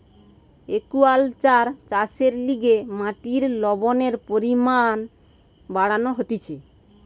aquaculture চাষের লিগে মাটির লবণের পরিমান বাড়ানো হতিছে